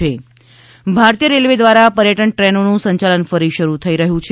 નમામી Gange train ભારતીય railway દ્વારા પર્યટન ટ્રેનોનું સંચાલન ફરી શરૂ થઇ રહ્યું છે